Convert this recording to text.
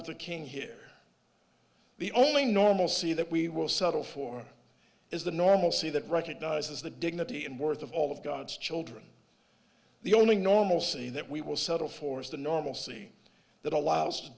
luther king here the only normalcy that we will settle for is the normalcy that recognizes the dignity and worth of all of god's children the only normalcy that we will settle for is the normalcy that allows